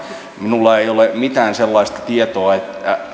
minulla ei ole mitään sellaista tietoa että